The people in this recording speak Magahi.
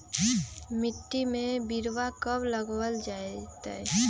मिट्टी में बिरवा कब लगवल जयतई?